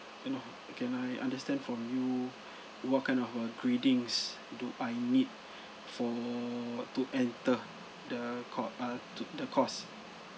you know can I understand from you what kind of uh gradings do I need for to enter the call uh to the course